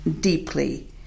deeply